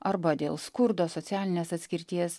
arba dėl skurdo socialinės atskirties